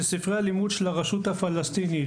שספרי הלימוד של הרשות הפלסטינית,